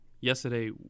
yesterday